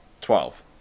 Twelve